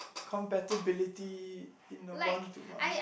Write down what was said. compatibility in a one to one